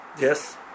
Yes